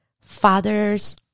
fathers